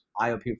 IOP